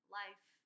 life